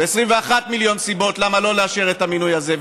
ו-20 מיליון סיבות ו-21 מיליון סיבות למה לא לאשר את המינוי הזה,